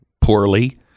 poorly